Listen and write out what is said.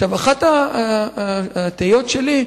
אחת התהיות שלי,